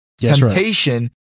Temptation